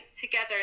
together